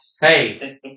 Hey